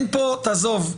עזוב.